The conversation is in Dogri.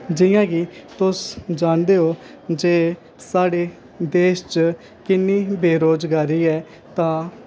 जियां की तुस जानदे ओ जे साढ़े देश च किन्नी बेरोज़गारी ऐ तां